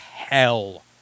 Hell